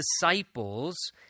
disciples